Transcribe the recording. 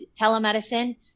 telemedicine